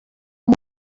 amb